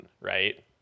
right